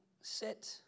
sit